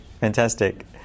Fantastic